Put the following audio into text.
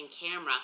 camera